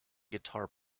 guitar